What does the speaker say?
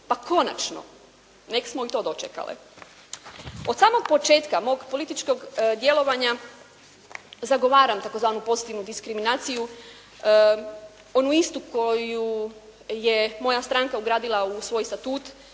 Pa konačno nek smo i to dočekale. Od samog početka mog političkog djelovanja zagovaram takozvanu pozitivnu diskriminaciju, onu istu koju je moja stranka ugradila u svoj statut